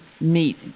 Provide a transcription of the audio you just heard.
meet